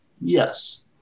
yes